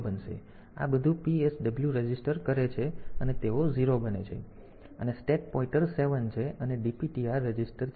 તેથી આ બધું PSW રજીસ્ટર કરે છે અને તેઓ 0 બને છે અને સ્ટેક પોઇન્ટર 7 છે અને આ DPTR રજિસ્ટર છે